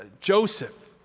Joseph